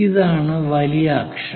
ഇതാണ് വലിയ അക്ഷം